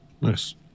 Nice